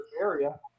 area